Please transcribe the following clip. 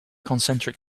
concentric